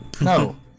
No